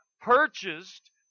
purchased